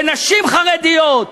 בנשים חרדיות.